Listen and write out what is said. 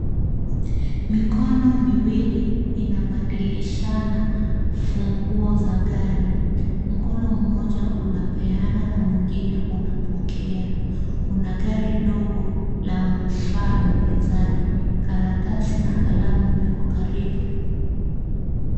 Mikono miwili inabadilishana funguo za gari, mkono mmoja unapeana na mwingine unapokea, kuna gari dogo la mfano mezani, karatasi na kalamu viko karibu.